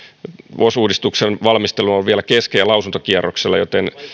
vos uudistuksen valmistelu on vielä kesken ja lausuntokierroksella joten